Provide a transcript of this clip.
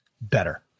better